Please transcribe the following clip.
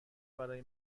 برای